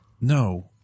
no